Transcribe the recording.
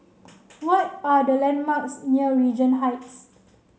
what are the landmarks near Regent Heights